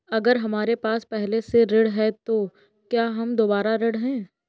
अगर हमारे पास पहले से ऋण है तो क्या हम दोबारा ऋण हैं?